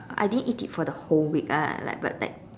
I didn't eat it for the whole week uh like but like